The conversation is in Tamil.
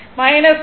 5 T4tdt